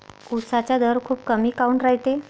उसाचा दर खूप कमी काऊन रायते?